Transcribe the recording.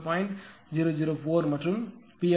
004 மற்றும் PL4 0